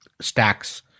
stacks